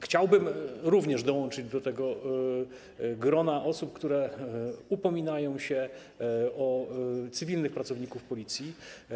Chciałbym również dołączyć do grona osób, które upominają się o cywilnych pracowników Policji.